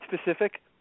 specific